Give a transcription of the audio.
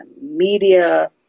media